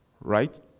Right